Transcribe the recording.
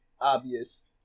obvious